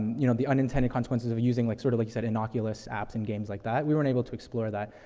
you know, the unintended consequences of using, like, sort of like you said, innocuous apps and games like that. we weren't able to explore that.